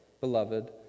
beloved